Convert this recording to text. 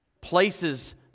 places